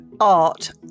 art